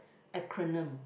acronym